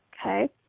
okay